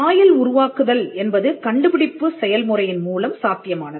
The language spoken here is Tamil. சாயல் உருவாக்குதல் என்பது கண்டுபிடிப்பு செயல்முறையின் மூலம் சாத்தியமானது